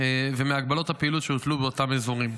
הפעילות שהוטלו באותם אזורים.